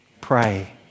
pray